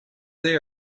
they